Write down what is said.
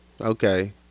okay